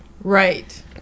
Right